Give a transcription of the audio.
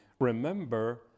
Remember